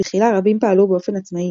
בתחילה רבים פעלו באופן עצמאי,